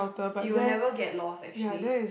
you will never get lost actually